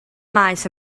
maes